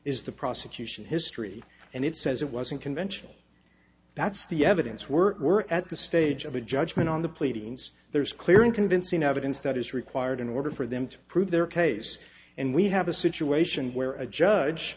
is the prosecution history and it says it wasn't conventional that's the evidence were at the stage of a judgment on the pleadings there's clear and convincing evidence that is required in order for them to prove their case and we have a situation where a judge